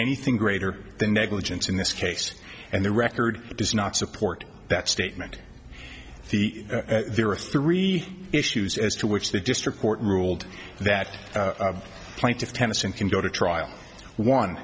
anything greater than negligence in this case and the record does not support that statement the there are three issues as to which the district court ruled that plaintiff tennis and can go to